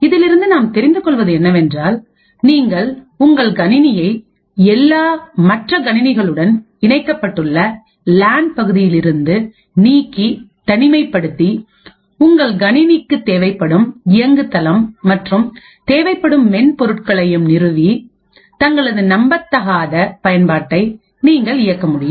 இதிலிருந்து நாம் தெரிந்துகொள்வது என்னவென்றால் நீங்கள் உங்கள் கணினியை எல்லா மற்ற கணினிகளுடன் இணைக்கப்பட்டுள்ள லேன் பகுதியிலிருந்து நீக்கி தனிமைப்படுத்தி உங்கள் கணினிக்கு தேவைப்படும் இயங்குதளம் மற்றும் தேவைப்படும் மென்பொருட்களையும் நிறுவிதங்களது நம்பத்தகாத பயன்பாட்டை நீங்கள் இயக்க முடியும்